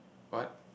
what